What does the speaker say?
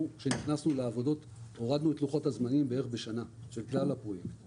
כשנכנסנו לעבודות הורדנו את לוחות הזמנים של כלל הפרויקט בערך בשנה.